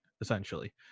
essentially